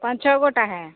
पाँच छः गोटा है